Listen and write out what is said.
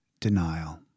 denial